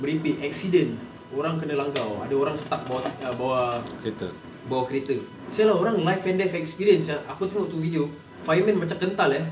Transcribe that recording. merepek accident orang kena langgar [tau] ada orang stuck bawah ah bawah bawah kereta [sial] ah life and death experience sia aku tengok tu video fireman macam kental eh